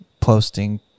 posting